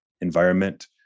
environment